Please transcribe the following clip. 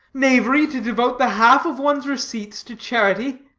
knavery to devote the half of one's receipts to charity?